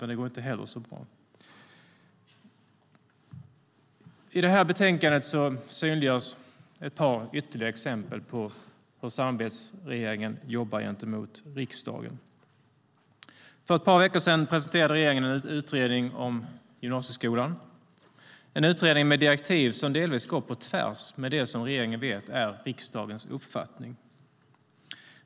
Men det går inte heller så bra.I det här betänkandet synliggörs ett par ytterligare exempel på hur samarbetsregeringen jobbar gentemot riksdagen. För ett par veckor sedan presenterade regeringen en utredning om gymnasieskolan. Det var en utredning med direktiv som delvis går på tvärs mot det som regeringen vet är riksdagens uppfattning.